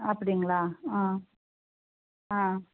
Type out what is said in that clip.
அப்படிங்களா